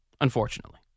unfortunately